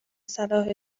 صلاح